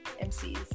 MCs